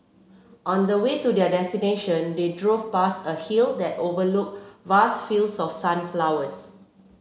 on the way to their destination they drove past a hill that overlooked vast fields of sunflowers